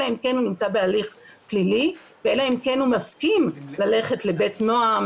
אלא אם כן הוא נמצא בהליך פלילי ואלא אם כן הוא מסכים ללכת ל'בית נועם',